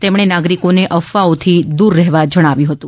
તેમણે નાગરિકોને અફવાઓથી દૂર રહેવા જણાવ્યું હતું